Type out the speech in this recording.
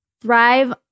Thrive